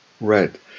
Right